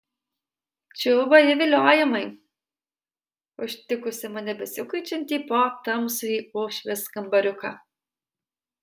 čiulba ji viliojamai užtikusi mane besikuičiantį po tamsųjį uošvės kambariuką